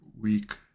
week